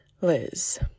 Liz